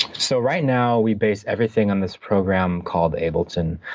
so right now we base everything on this program called ableton.